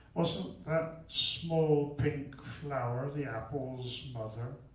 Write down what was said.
wasn't that small pink flower the apple's mother?